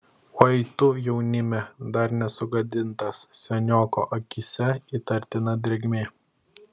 oi tu jaunime dar nesugadintas senioko akyse įtartina drėgmė